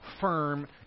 firm